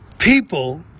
People